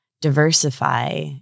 diversify